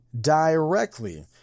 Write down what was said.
directly